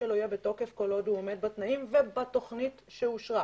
שלו יהיה בתוקף כל עוד הוא עומד בתנאים ובתוכנית שאושרה